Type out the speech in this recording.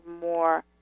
more